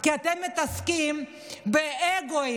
כי אתם מתעסקים באגו.